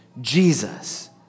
Jesus